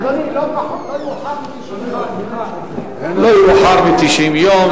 אדוני, לא יאוחר מ-90 יום.